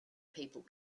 people